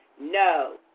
No